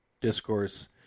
Discourse